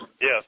Yes